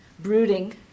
Brooding